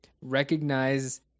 recognize